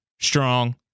strong